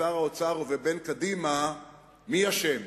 לפני שר האוצר, הודעה למזכיר הכנסת, ומייד יעלה